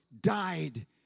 died